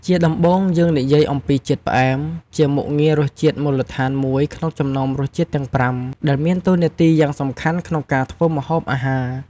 ជាដំបូង យើងនិយាយអំពីជាតិផ្អែម ជាមុខងាររសជាតិមូលដ្ឋានមួយក្នុងចំណោមរសជាតិទាំងប្រាំ ដែលមានតួនាទីយ៉ាងសំខាន់ក្នុងការធ្វើម្ហូបអាហារ។។